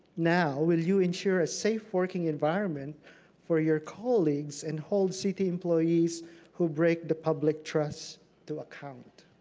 now will you ensure a safe working environment for your colleagues and hold city employees who break the public trust to account?